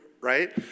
right